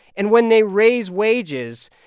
and when they raise wages,